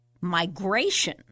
migration